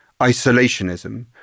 isolationism